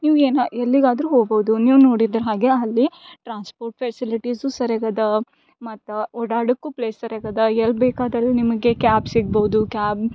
ನೀವು ಏನು ಎಲ್ಲಿಗಾದರೂ ಹೋಗ್ಬೋದು ನೀವು ನೋಡಿದ್ರೆ ಹಾಗೆ ಅಲ್ಲಿ ಟ್ರಾನ್ಸ್ಪೋರ್ಟ್ ಫೆಸಿಲಿಟೀಸು ಸರ್ಯಾಗಿ ಅದಾ ಮತ್ತೆ ಓಡಾಡೋಕು ಪ್ಲೇಸ್ ಸರ್ಯಾಗಿ ಅದಾ ಎಲ್ಲಿ ಬೇಕಾದಲ್ಲಿ ನಿಮಗೆ ಕ್ಯಾಬ್ ಸಿಗ್ಬೌದು ಕ್ಯಾಬ್